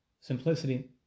simplicity